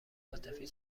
عاطفی